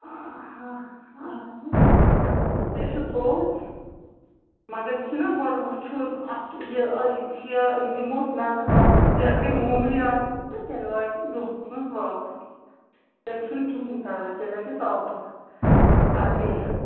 تہِ ۂے چھِ پوٚز مگر یہِ چھُنہٕ گۄڈٕ وُچھُن اَتھ یہِ یٔکیٛاہ دِمٕوَس نظر وظر یہِ اَگر ۂے معموٗلی آسہِ تہِ تیٚلہِ واتہِ دۄہَس منٛز واپَس تیٚلہِ چھِنہٕ کِہیٖنۍ پرواے تیٚلہِ لَگیٚس اَکھ دۄہ اَگر ۂے